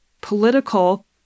political